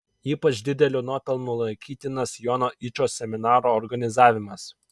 ypač dideliu nuopelnu laikytinas jono yčo seminaro organizavimas